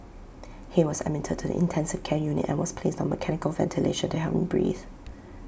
he was admitted to the intensive care unit and was placed on mechanical ventilation to help him breathe